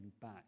back